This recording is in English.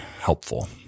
helpful